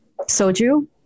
Soju